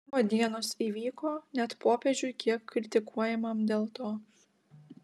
jaunimo dienos įvyko net popiežiui kiek kritikuojamam dėl to